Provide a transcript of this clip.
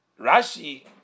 Rashi